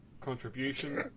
contribution